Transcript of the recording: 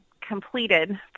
completed